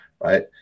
right